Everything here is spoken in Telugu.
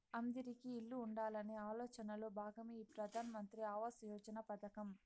అందిరికీ ఇల్లు ఉండాలనే ఆలోచనలో భాగమే ఈ ప్రధాన్ మంత్రి ఆవాస్ యోజన పథకం